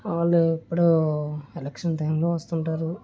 వాళ్లు ఎప్పుడూ ఎలక్షన్స్ టైంలో వస్తుంటారు